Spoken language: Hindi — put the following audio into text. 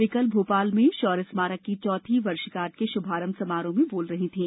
वे कल भोपाल में शौर्य स्मारक की चौथी वर्षगाँठ के शुभारंभ समारोह बोल रही थीं